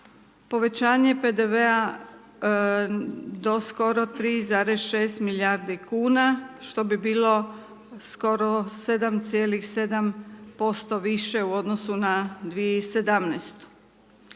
povećanje PDV-a do skoro 3,6 milijardi kuna što bi bilo skoro 7,7% više u odnosu na 2017.